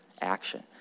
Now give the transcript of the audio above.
action